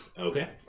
Okay